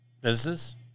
business